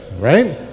right